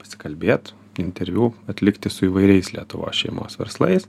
pasikalbėt interviu atlikti su įvairiais lietuvos šeimos verslais